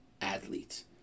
Athletes